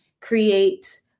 create